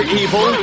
evil